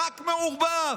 רק מעורבב.